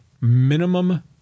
minimum